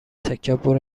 تکبر